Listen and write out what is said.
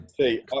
See